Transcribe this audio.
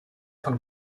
von